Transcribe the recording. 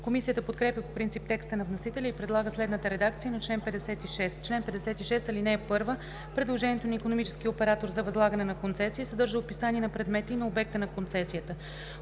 Комисията подкрепя по принцип текста на вносителя и предлага следната редакция на чл. 56: „Чл. 56. (1) Предложението на икономическия оператор за възлагане на концесия съдържа описание на предмета и на обекта на концесията,